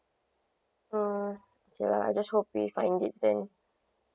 mm okay lah I just hope we find it then